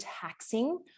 taxing